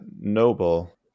Noble